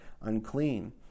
unclean